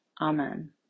Amen